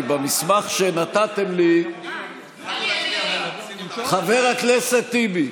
כי במסמך שנתתם לי, חבר הכנסת טיבי.